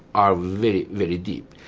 are very, very deep.